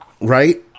right